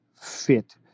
fit